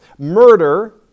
murder